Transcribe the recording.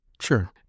Sure